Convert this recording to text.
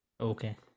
Okay